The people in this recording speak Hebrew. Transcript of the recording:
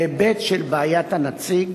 בהיבט של בעיית הנציג,